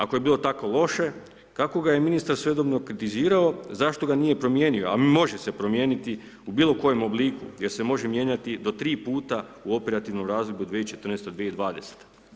Ako je bilo tako loše, kako ga je ministar svojedobno kritizirao, zašto ga nije promijenio a može se promijeniti u bilokojem obliku jer se može mijenjati do 3 puta u operativnom razdoblju 2014.-2020.